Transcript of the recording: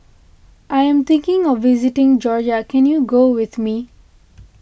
I am thinking of visiting Georgia can you go with me